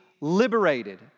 liberated